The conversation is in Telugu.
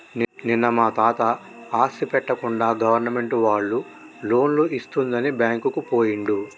నిన్న మా తాత ఆస్తి పెట్టకుండా గవర్నమెంట్ వాళ్ళు లోన్లు ఇస్తుందని బ్యాంకుకు పోయిండు